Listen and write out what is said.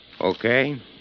Okay